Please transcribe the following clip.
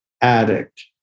addict